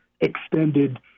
extended